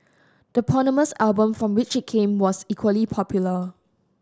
the eponymous album from which it came was equally popular